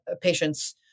patients